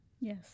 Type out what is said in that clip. Yes